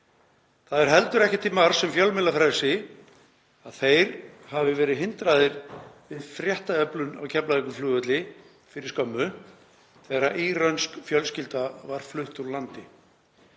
Það er heldur ekki til marks um fjölmiðlafrelsi að þeir hafi verið hindraðir í fréttaöflun á Keflavíkurflugvelli fyrir skömmu þegar írönsk fjölskylda var flutt úr landi.